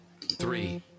three